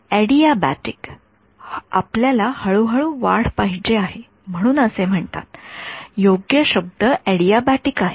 adiabatic आपल्याला हळूहळू वाढ पाहिजे आहे म्हणून असे म्हणतात योग्य शब्द अॅडिएबॅटिक आहे